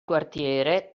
quartiere